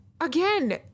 again